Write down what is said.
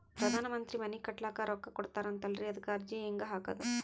ಪ್ರಧಾನ ಮಂತ್ರಿ ಮನಿ ಕಟ್ಲಿಕ ರೊಕ್ಕ ಕೊಟತಾರಂತಲ್ರಿ, ಅದಕ ಅರ್ಜಿ ಹೆಂಗ ಹಾಕದು?